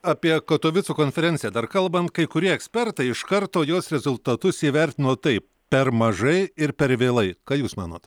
apie katovicų konferenciją dar kalbant kai kurie ekspertai iš karto jos rezultatus įvertino taip per mažai ir per vėlai ką jūs manot